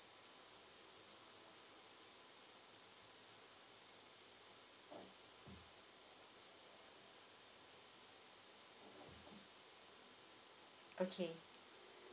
okay